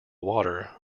water